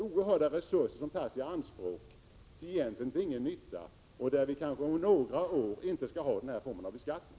Oerhörda resurser tas i anspråk till ingen nytta. Om några år har vi kanske inte heller kvar den här formen av beskattning.